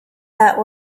that